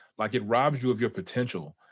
like, it robs you of your potential.